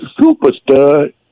superstar